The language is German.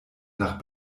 nach